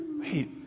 Wait